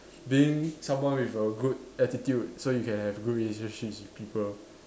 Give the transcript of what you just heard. being someone with a good attitude so you can have good relationships with people